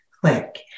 click